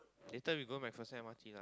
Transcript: later we go MacPherson M_R_T lah